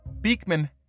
Beekman